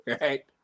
right